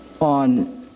On